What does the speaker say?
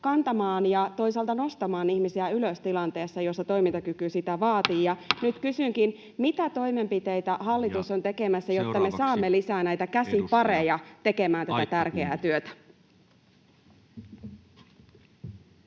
kantamaan ja toisaalta nostamaan ihmisiä ylös tilanteessa, jossa toimintakyky sitä vaatii. Nyt kysynkin: mitä toimenpiteitä hallitus on tekemässä, jotta me saamme lisää näitä käsipareja tekemään tätä tärkeää työtä?